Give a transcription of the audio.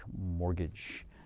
Mortgage